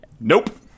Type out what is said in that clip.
Nope